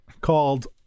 called